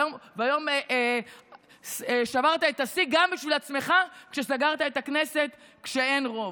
היום שברת את השיא גם בשביל עצמך כשסגרת את הכנסת כשאין רוב.